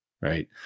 right